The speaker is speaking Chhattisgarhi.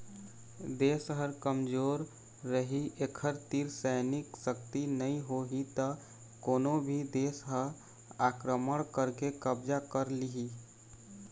देश ह कमजोर रहि एखर तीर सैनिक सक्ति नइ होही त कोनो भी देस ह आक्रमण करके कब्जा कर लिहि